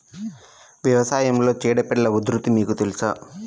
వ్యవసాయంలో చీడపీడల ఉధృతి మీకు తెలుసా?